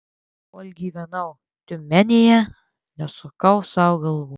kol gyvenau tiumenėje nesukau sau galvos